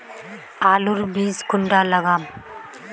आलूर बीज कुंडा लगाम?